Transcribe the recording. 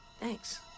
Thanks